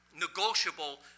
negotiable